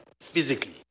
physically